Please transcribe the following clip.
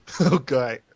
Okay